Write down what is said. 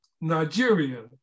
Nigeria